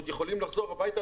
עוד יכולים לחזור הביתה,